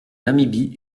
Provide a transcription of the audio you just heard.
namibie